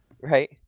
Right